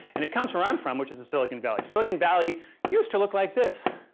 and it comes where i'm from, which is the silicon valley. silicon valley used to look like this,